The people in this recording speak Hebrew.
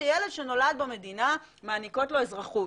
שילד שנולד במדינה מעניקות לו אזרחות.